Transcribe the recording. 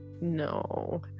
no